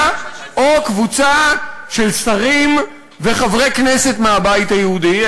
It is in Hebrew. או קבוצה של שרים וחברי כנסת מהבית היהודי.